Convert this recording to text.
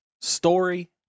story